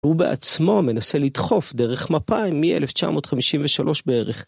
הוא בעצמו מנסה לדחוף דרך מפא"י מ-1953 בערך.